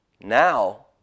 Now